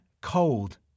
cold